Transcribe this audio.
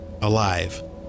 alive